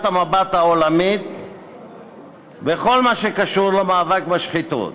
המבט העולמית בכל מה שקשור למאבק בשחיתות?